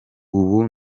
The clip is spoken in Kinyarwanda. ubu